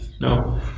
No